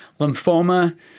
lymphoma